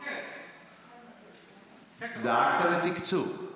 דאגת לתקצוב.